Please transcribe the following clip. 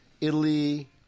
Italy